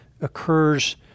occurs